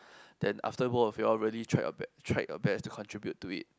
then after both of you all really tried your best tried your best to contribute to it